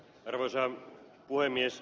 arvoisa puhemies